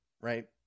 Right